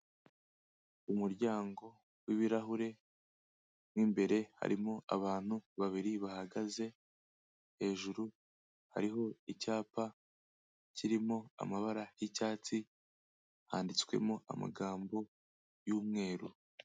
Umuryango w'ibirahure mo imbere harimo abantu babiri bahagaze, hejuru hariho icyapa kirimo amabara y'icyatsi handitswemo amagambo y'umweru.